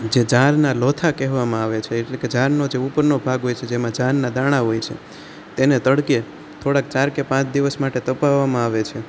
જે જારના લોથા કહેવામાં આવે છે એટલે કે જારનો જે ઉપરનો ભાગ હોય છે જેમાં જારના દાણા હોય છે તેને તડકે થોડાક ચાર કે પાંચ દિવસ માટે તપાવવામાં આવે છે